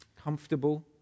comfortable